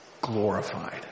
glorified